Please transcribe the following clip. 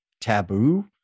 taboo